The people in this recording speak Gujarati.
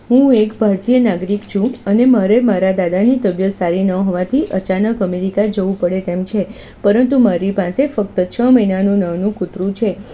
હું એક ભારતીય નાગરિક છું અને મારે મારા દાદાની તબિયત સારી ન હોવાથી અચાનક અમેરિકા જવું પડે તેમ છે પરંતુ મારી પાસે ફકત છ મહિનાનું નાનું કૂતરું છે